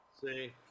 See